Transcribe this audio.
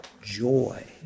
joy